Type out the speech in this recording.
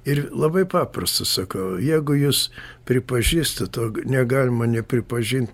ir labai paprasta sakau jeigu jis pripažįstat negalima nepripažint